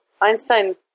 Einstein